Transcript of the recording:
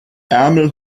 ärmel